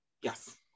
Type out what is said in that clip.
Yes